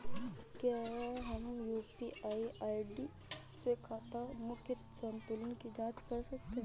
क्या हम UPI ID से खाते के मूख्य संतुलन की जाँच कर सकते हैं?